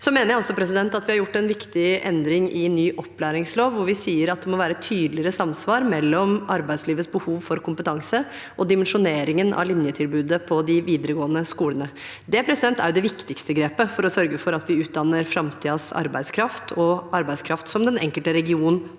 få etablere seg. Jeg mener at vi har gjort en viktig endring i ny opplæringslov, hvor vi sier at det må være tydeligere samsvar mellom arbeidslivets behov for kompetanse og dimensjoneringen av linjetilbudet på de videregående skolene. Det er det viktigste grepet for å sørge for at vi utdanner framtidens arbeidskraft og arbeidskraft som den enkelte region har